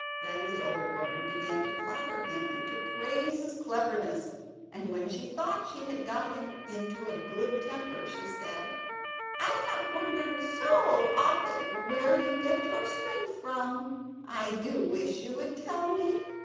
then the old woman began to flatter him, and to praise his cleverness and when she thought she had got him into a good temper, she said i have wondered so often where you get your strength from i do wish you would tell me.